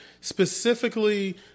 Specifically